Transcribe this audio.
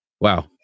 Wow